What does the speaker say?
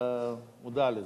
אתה מודע לזה.